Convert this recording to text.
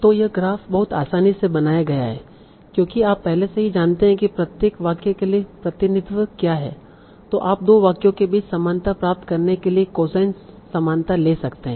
तो यह ग्राफ बहुत आसानी से बनाया गया है क्योंकि आप पहले से ही जानते हैं कि प्रत्येक वाक्य के लिए प्रतिनिधित्व क्या है तो आप दो वाक्यों के बीच समानता प्राप्त करने के लिए कोसाइन समानता ले सकते हैं